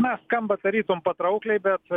na skamba tarytum patraukliai bet